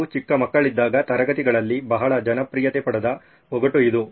ನೀವು ಚಿಕ್ಕ ಮಕ್ಕಳಿದ್ದಾಗ ತರಗತಿಗಳಲ್ಲಿ ಬಹಳ ಜನಪ್ರಿಯತೆ ಪಡೆದ ಒಗಟು ಇದು